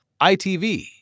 ITV